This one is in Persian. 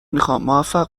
میخوامموفق